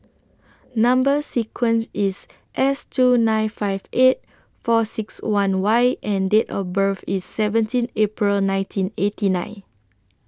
Number sequence IS S two nine five eight four six one Y and Date of birth IS seventeen April nineteen eighty nine